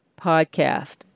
podcast